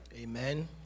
Amen